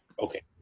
Okay